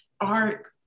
art